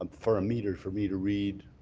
um for a meter for me to read